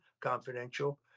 confidential